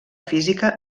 física